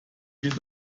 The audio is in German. wir